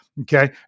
Okay